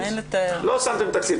לא שמתם תקציב.